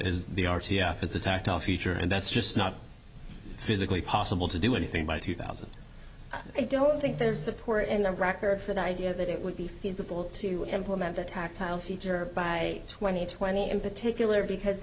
tactile feature and that's just not physically possible to do anything by two thousand i don't think there's support in the record for the idea that it would be feasible to implement the tactile feature by twenty twenty in particular because